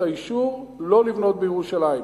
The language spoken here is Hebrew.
את האישור לא לבנות בירושלים?